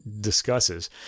discusses